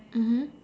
mmhmm